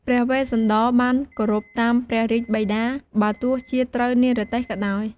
ព្រះវេស្សន្តរបានគោរពតាមព្រះរាជបិតា បើទោះជាត្រូវនិរទេសក៏ដោយ។